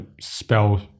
spell